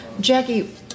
Jackie